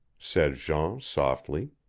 said jean softly.